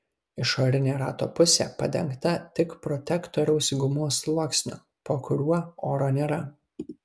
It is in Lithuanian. išorinė rato pusė padengta tik protektoriaus gumos sluoksniu po kuriuo oro nėra